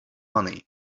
money